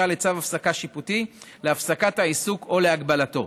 לצו הפסקה שיפוטי להפסקת העיסוק או להגבלתו.